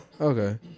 Okay